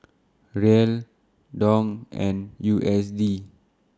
Riel Dong and U S D